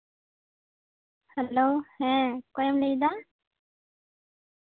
hello ᱦᱮᱸ ᱚᱠᱚᱭᱮᱢ ᱞᱟᱹᱭᱫᱟ